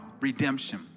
redemption